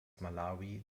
malawi